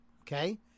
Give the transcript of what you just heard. Okay